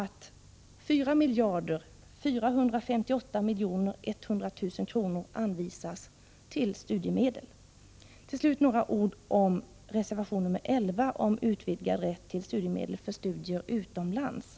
Till slut några ord om reservation 11 om utvidgad rätt till studiemedel för studier utomlands.